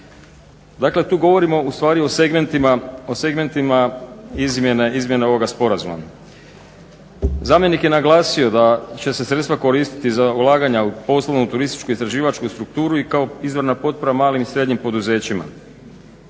Dakle tu govorimo ustvari o segmentima izmjena ovoga sporazuma. Zamjenik je naglasio da će se sredstva koristiti za ulaganja u poslovnoj, turističkoj, istraživačkoj strukturi i kao izvorna potpora malim i srednjim poduzećima,